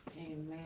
Amen